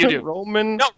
Roman